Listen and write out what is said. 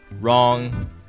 wrong